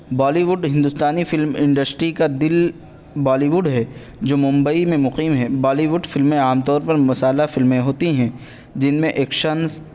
Bollywood ہندوستانی فلم industry کا دل بالیوڈ ہے جو ممبئی میں مقیم ہے بالیوڈ فلمیں عام طور پر مسالہ فلمیں ہوتی ہیں جن میں ایکشنس